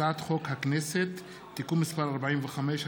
הצעת חוק הכנסת (תיקון מס' 45),